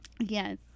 Yes